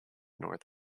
north